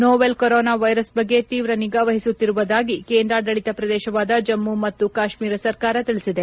novel coronavirus ಬಗ್ಗೆ ತೀವ್ರ ನಿಗಾ ವಹಿಸುತ್ತಿರುವುದಾಗಿ ಕೇಂದ್ರಾಡಳಿತ ಪ್ರದೇಶವಾದ ಜಮ್ಮ ಮತ್ತು ಕಾಶ್ಮೀರ ಸರ್ಕಾರ ತಿಳಿಸಿದೆ